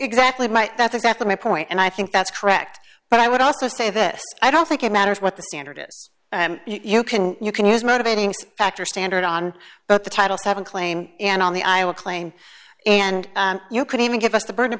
exactly my that's exactly my point and i think that's correct but i would also say this i don't think it matters what the standard is you can you can use motivating factors standard on both the titles have a claim and on the i will claim and you could even give us the burden of